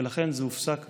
ולכן זה הופסק לכולם.